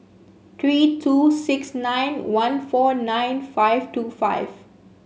three two six nine one four nine five two five